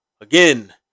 Again